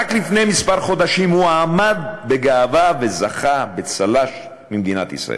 רק לפני כמה חודשים הוא עמד בגאווה וזכה בצל"ש ממדינת ישראל.